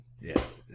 yes